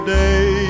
day